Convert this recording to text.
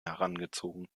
herangezogen